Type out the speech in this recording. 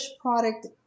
product